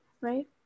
right